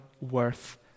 worth